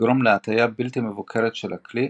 ותגרום להטייה בלתי מבוקרת של הכלי,